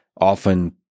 often